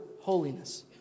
holiness